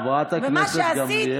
ומה שעשית,